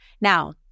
Now